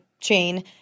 chain